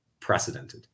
precedented